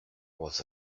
was